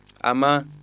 Ama